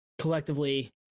collectively